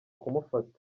kumufata